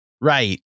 Right